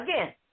Again